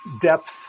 depth